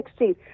2016